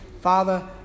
Father